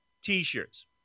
T-shirts